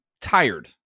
tired